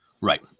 Right